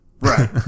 Right